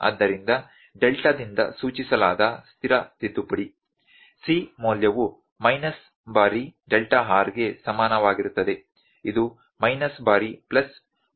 ಆದ್ದರಿಂದ ಡೆಲ್ಟಾದಿಂದ ಸೂಚಿಸಲಾದ ಸ್ಥಿರ ತಿದ್ದುಪಡಿ C ಮೌಲ್ಯವು ಮೈನಸ್ ಬಾರಿ ಡೆಲ್ಟಾ R ಗೆ ಸಮಾನವಾಗಿರುತ್ತದೆ ಇದು ಮೈನಸ್ ಬಾರಿ ಪ್ಲಸ್ 0